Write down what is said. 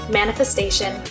manifestation